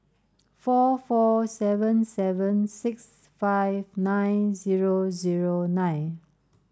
four four seven seven six five nine zero zero nine